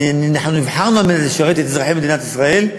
אנחנו נבחרנו כדי לשרת את אזרחי מדינת ישראל.